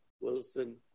Wilson